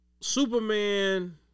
Superman